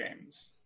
games